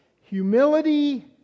humility